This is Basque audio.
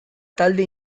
talde